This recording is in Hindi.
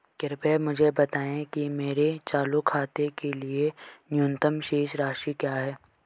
कृपया मुझे बताएं कि मेरे चालू खाते के लिए न्यूनतम शेष राशि क्या है?